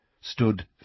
stood